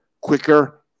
quicker